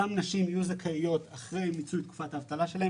אותן נשים יהיו זכאיות אחרי מיצוי תקופת האבטלה שלן